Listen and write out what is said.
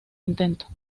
intento